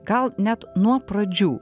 gal net nuo pradžių